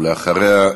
אחריה,